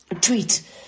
tweet